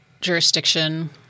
jurisdiction